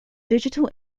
digital